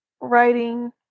writing